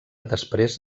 després